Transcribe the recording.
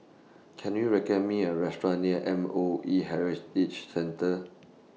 Can YOU recommend Me A Restaurant near M O E Heritage Centre